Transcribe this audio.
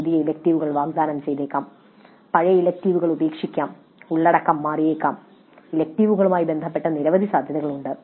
പുതിയ ഇലക്ടീവുകൾ വാഗ്ദാനം ചെയ്തേക്കാം പഴയ ഇലക്ടീവുകൾ ഉപേക്ഷിക്കാം ഉള്ളടക്കം മാറിയേക്കാം ഇലക്ടീവുകളുമായി ബന്ധപ്പെട്ട് നിരവധി സാധ്യതകൾ ഉണ്ട്